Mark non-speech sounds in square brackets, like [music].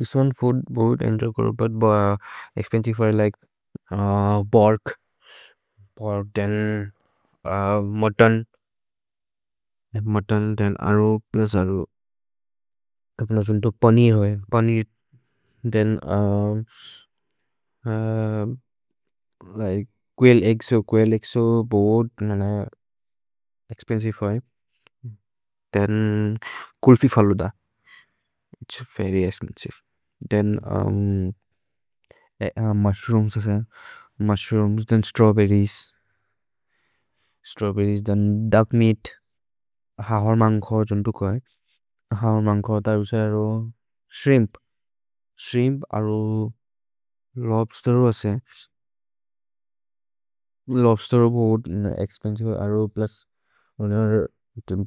This one food, but expensive for like bark, bark then mutton, mutton then अरो plus अरो, अरो plus अरो then paneer, paneer थेन् [hesitation] like quail eggs, quail eggs so both expensive for it. Then kulfi falooda, it's very expensive. Then mushrooms, mushrooms then strawberries, strawberries then duck meat, हवर् मन्खो जन्तो कोइ, हवर् मन्खो तरु से अरो, श्रिम्प्, श्रिम्प् अरो लोब्स्तेर् असे। लोब्स्तेर् इस् वेर्य् एक्स्पेन्सिवे, अरो प्लुस्, थेन्